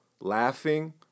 laughing